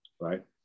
right